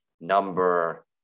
number